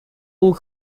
all